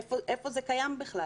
איפה זה קיים בכלל?